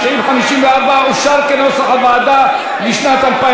רבותי, אנחנו עוברים להסתייגויות לסעיף